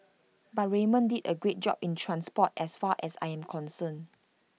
but Raymond did A great job in transport as far as I am concerned